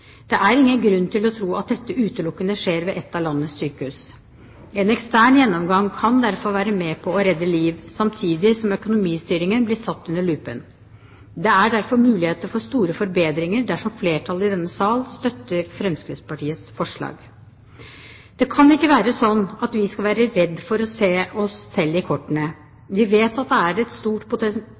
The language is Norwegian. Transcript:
Det er ingen grunn til å tro at dette skjer kun ved ett av landets sykehus. En ekstern gjennomgang kan derfor være med på å redde liv samtidig som økonomistyringen blir satt under lupen. Det er derfor muligheter for store forbedringer dersom flertallet i denne sal støtter Fremskrittspartiets forslag. Det kan ikke være slik at vi skal være redd for å se oss selv i kortene. Vi vet at det er et stort